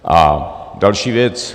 A další věc.